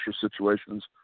situations